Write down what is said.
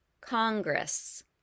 Congress